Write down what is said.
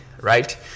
right